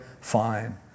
Fine